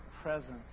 presence